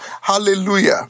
Hallelujah